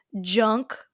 junk